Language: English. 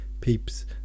peeps